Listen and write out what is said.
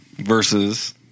Versus